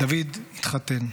דוד התחתן.